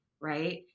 right